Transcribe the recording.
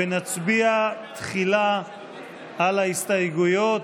ונצביע תחילה על ההסתייגויות.